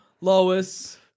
Lois